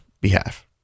behalf